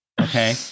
okay